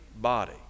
body